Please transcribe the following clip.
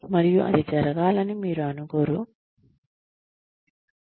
మరియు అది జరగాలని మీరు కోరుకోరు